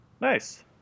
nice